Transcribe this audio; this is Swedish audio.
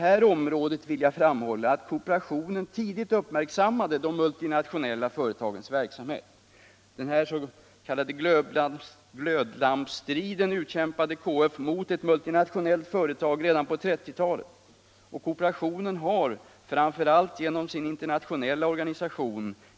Jag vill framhålla att kooperationen även på detta område tidigt uppmärksammade de multinationella företagens verksamhet. Den s.k. glödlampsstriden utkämpade KF mot ett multinationellt företag redan på 1930-talet. Kooperationen har framför allt genom sin internationella organiSation.